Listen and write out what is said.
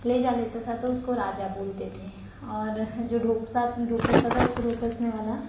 ले जा लेता था तो उसको राजा बोलते थे और जो ढोपसता था उसको ढोपसने वाला